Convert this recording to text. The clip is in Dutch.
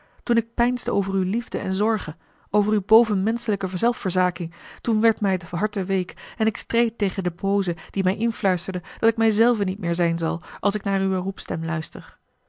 toen ik peinsde over uwe liefde en zorge over uwe bovenmenschelijke zelfverzaking toen werd mij het harte week en ik streed tegen den booze die mij influisterde dat ik mij zelven niet meer zijn zal als ik naar uwe roepstem luister